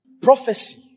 prophecy